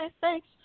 thanks